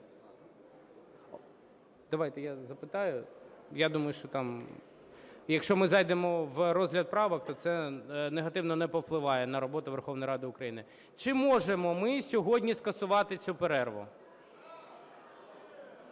є перерва з 12 до 12:30. Оскільки… Якщо ми зайдемо в розгляд правок, то це негативно не повпливає на роботу Верховної Ради України. Чи можемо ми сьогодні скасувати цю перерву?